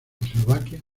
eslovaquia